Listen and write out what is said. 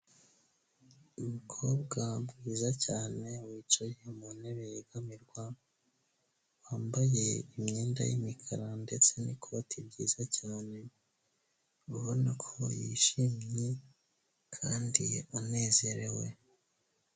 Umukobwa bwiza cyane wicaye mu ntebe yegamirwa, wambaye imyenda y'imikara ndetse n'ikoti ryiza cyane, ubona ko yishimye kandi anezerewe.